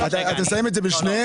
אתם שמים את זה בשניהם?